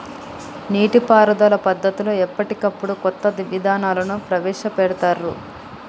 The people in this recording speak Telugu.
నీటి పారుదల పద్దతులలో ఎప్పటికప్పుడు కొత్త విధానాలను ప్రవేశ పెడుతాన్రు